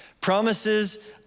promises